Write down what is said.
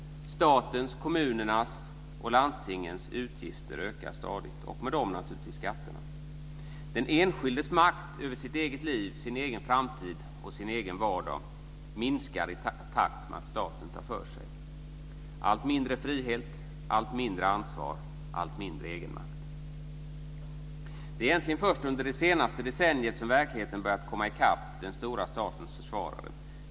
Statens, kommunernas och landstingens utgifter ökar stadigt, och med dem skatterna. Den enskildes makt över sitt eget liv, sin framtid och sin vardag minskar i takt med att staten tar för sig. Vi får allt mindre frihet, allt mindre ansvar, allt mindre egenmakt. Det är egentligen först under det senaste decenniet som verkligheten har börjat komma i kapp den stora statens försvarare.